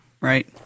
right